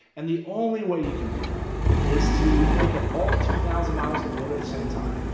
and the only way you can do that is to look at all two thousand miles of the border at same time.